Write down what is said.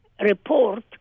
report